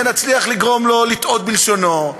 ונצליח לגרום לו לטעות בלשונו.